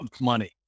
money